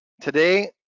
Today